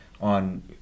on